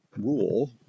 rule